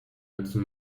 dazu